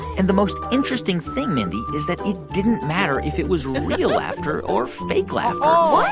and the most interesting thing, mindy, is that it didn't matter if it was real laughter or fake laughter what?